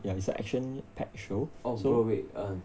ya it's an action packed show so